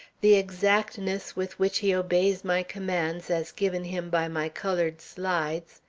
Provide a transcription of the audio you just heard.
the exactness with which he obeys my commands as given him by my colored slides,